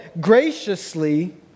graciously